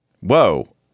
Whoa